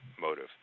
motive